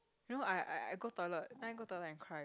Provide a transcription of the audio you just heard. you know I I I go toilet then I go toilet and cry